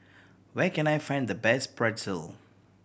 where can I find the best Pretzel